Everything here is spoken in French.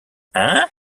hein